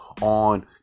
on